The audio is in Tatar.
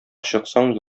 чыксаң